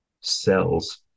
cells